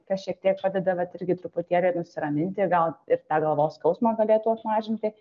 kas šiek tiek padeda vat irgi truputėlį nusiraminti gal ir tą galvos skausmą galėtų apmažinti